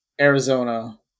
Arizona